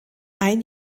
ein